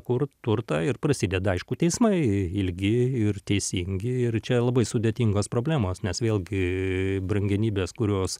kur turtą ir prasideda aišku teismai ilgi ir teisingi ir čia labai sudėtingos problemos nes vėlgi brangenybės kurios